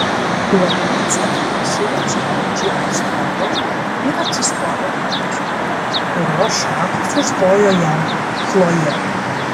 labai atsargiai nusiropštė nuo džipo stogo ir atsistojo po medžiu kurio šakos užstojo jam chlojė